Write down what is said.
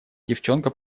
девчонка